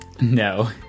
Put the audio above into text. No